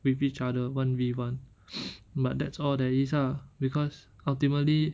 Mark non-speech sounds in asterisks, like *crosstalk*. with each other one V one *noise* but that's all there is ah because ultimately